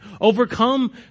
overcome